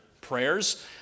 prayers